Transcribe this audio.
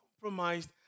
compromised